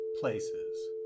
places